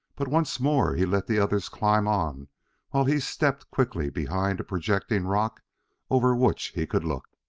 but once more he let the others climb on while he stepped quickly behind a projecting rock over which he could look.